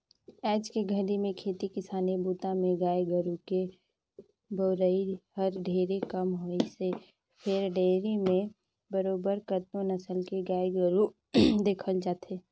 आयज के घरी में खेती किसानी बूता में गाय गोरु के बउरई हर ढेरे कम होइसे फेर डेयरी म बरोबर कतको नसल के गाय गोरु दिखउल देथे